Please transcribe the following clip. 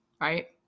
right